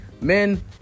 men